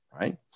right